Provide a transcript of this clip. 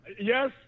Yes